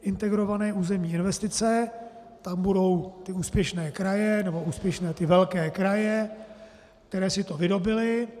Integrované územní investice, tam budou ty úspěšné kraje nebo ty úspěšné velké kraje, které si to vydobyly.